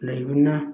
ꯂꯩꯕꯅ